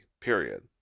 period